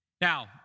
Now